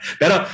pero